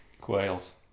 Quails